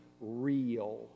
real